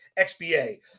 XBA